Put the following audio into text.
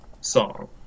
song